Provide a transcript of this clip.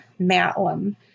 Matlam